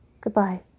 Goodbye